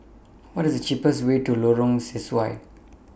What IS The cheapest Way to Lorong Sesuai